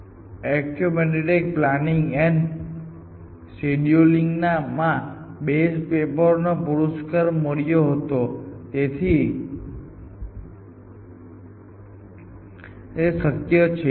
આ પેપર માટે તેમને ICAPS એ international conference on automated planning and scheduling માં બેસ્ટ પેપર નો પુરસ્કાર મળ્યો હતો તેથી તે શક્ય છે